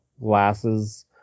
glasses